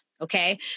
okay